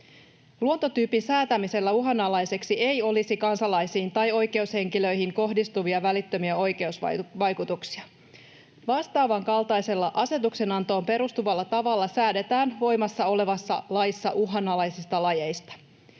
luontotyypin säätämisellä uhanalaiseksi ei olisi kansalaisiin tai oikeushenkilöihin kohdistuvia välittömiä oikeusvaikutuksia. Vastaavan kaltaisella asetuksenantoon perustuvalla tavalla säädetään voimassa olevassa laissa uhanalaisista lajeista.